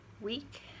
week